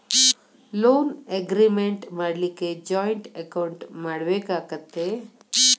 Loan agreement ಮಾಡ್ಲಿಕ್ಕೆ joint account ಮಾಡ್ಬೆಕಾಕ್ಕತೇ?